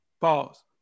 Pause